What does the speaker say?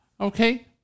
Okay